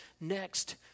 next